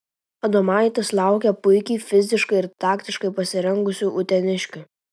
adomaitis laukia puikiai fiziškai ir taktiškai pasirengusių uteniškių